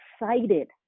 excited